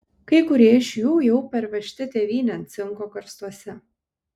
kai kurie iš jų jau parvežti tėvynėn cinko karstuose